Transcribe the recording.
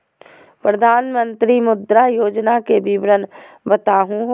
प्रधानमंत्री मुद्रा योजना के विवरण बताहु हो?